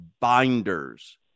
binders